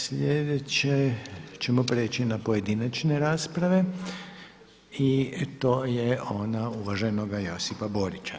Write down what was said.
Sljedeće ćemo prijeći na pojedinačne rasprave i to je ona uvaženog Josipa Borića.